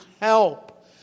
help